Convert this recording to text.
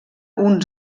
uns